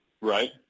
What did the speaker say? Right